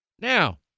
Now